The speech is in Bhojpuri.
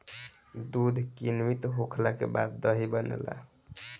दूध किण्वित होखला के बाद दही बनेला